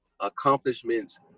accomplishments